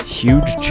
huge